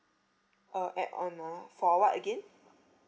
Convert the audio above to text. uh add-on ah for what again